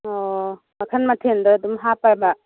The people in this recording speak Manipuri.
ꯑꯣ ꯃꯈꯜ ꯃꯊꯦꯜꯗꯨ ꯑꯗꯨꯝ ꯍꯥꯞꯄ꯭ꯔꯕ